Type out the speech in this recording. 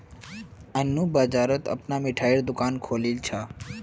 मन्नू बाजारत अपनार मिठाईर दुकान खोलील छ